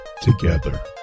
together